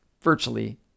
virtually